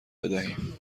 بدهیم